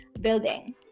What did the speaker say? building